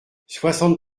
soixante